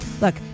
Look